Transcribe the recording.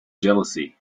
jealousy